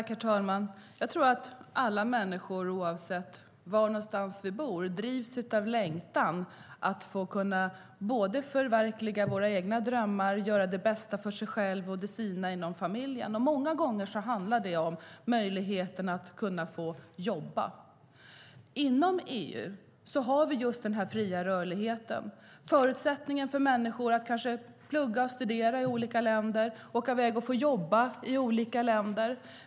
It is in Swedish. Herr talman! Jag tror att alla människor, oavsett var de bor, drivs av längtan efter att få förverkliga sina drömmar och göra det bästa för sig själva och de sina inom familjen. Många gånger handlar det om möjligheten att få jobba. Inom EU har vi just den fria rörligheten, förutsättningen för människor att studera i olika länder och åka iväg och jobba i olika länder.